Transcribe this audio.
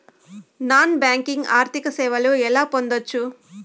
Non banking ఆర్థిక సేవలు ఎలా పొందొచ్చు?